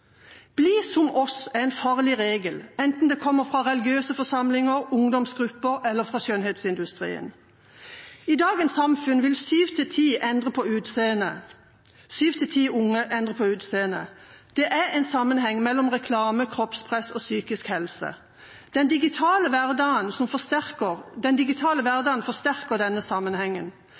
som oss» er en farlig regel, enten det kommer fra religiøse forsamlinger, fra ungdomsgrupper eller fra skjønnhetsindustrien. I dagens samfunn vil syv av ti endre på utseendet. Det er en sammenheng mellom reklame, kroppspress og psykisk helse. Den digitale hverdagen forsterker